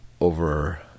over